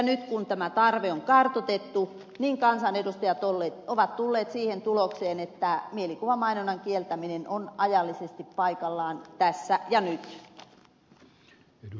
nyt kun tämä tarve on kartoitettu kansanedustajat ovat tulleet siihen tulokseen että mielikuvamainonnan kieltäminen on ajallisesti paikallaan tässä ja nyt